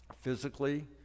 physically